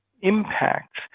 impacts